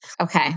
Okay